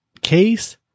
case